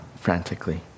frantically